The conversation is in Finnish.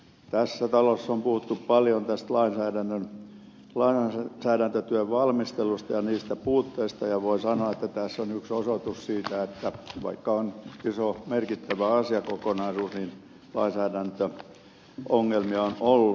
tässä talossa on puhuttu paljon tästä lainsäädäntötyön valmistelusta ja niistä puutteista ja voi sanoa että tässä on yksi osoitus siitä että vaikka on iso merkittävä asiakokonaisuus niin lainsäädäntöongelmia on ollut